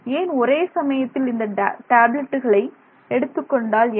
ஏன் ஒரே சமயத்தில் இந்த டேப்லட்களை எடுத்துக்கொண்டால் என்ன